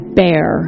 bear